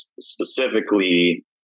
Specifically